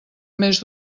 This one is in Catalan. més